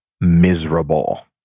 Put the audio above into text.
miserable